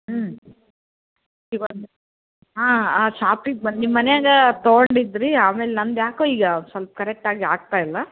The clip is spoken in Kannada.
ಹ್ಞೂ ಹಾಂ ಆ ಶಾಪಿಗೆ ಬಂದು ನಿಮ್ಮ ಮನೆಯಾಗ ತೊಗೊಂಡಿದ್ದೆ ರೀ ಆಮೇಲೆ ನಂದು ಯಾಕೋ ಈಗ ಸ್ವಲ್ಪ ಕರೆಕ್ಟಾಗಿ ಆಗ್ತಾ ಇಲ್ಲ